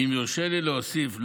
ואם יורשה לי להוסיף,